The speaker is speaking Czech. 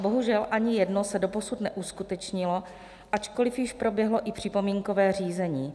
Bohužel ani jedno se doposud neuskutečnilo, ačkoliv již proběhlo i připomínkové řízení.